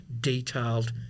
detailed